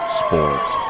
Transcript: sports